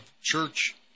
church